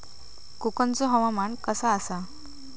कोकनचो हवामान कसा आसा?